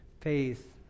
faith